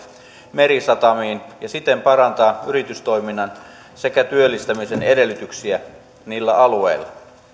merisatamiin ja siten parantaa yritystoiminnan sekä työllistämisen edellytyksiä niillä alueilla